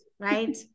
Right